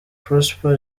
prosper